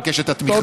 מבקש את התמיכה.